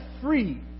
free